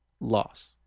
loss